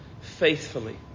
faithfully